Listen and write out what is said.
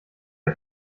der